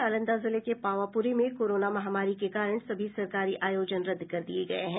नालंदा जिले के पावाप्री में कोरोना महामारी के कारण सभी सरकारी आयोजन रद्द कर दिये गये हैं